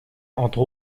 entre